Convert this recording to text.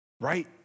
Right